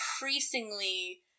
increasingly